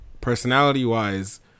personality-wise